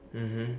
mmhmm